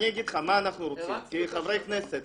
אני אגיד לך מה אנחנו רוצים כחברי כנסת,